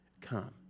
come